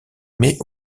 mais